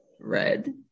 red